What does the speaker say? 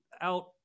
out